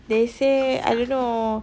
they say I don't know